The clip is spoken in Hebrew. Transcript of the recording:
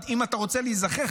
אם אתה רוצה להיזכר,